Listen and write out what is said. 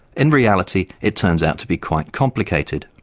in reality it turns out to be quite complicated.